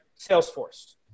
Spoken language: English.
Salesforce